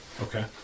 Okay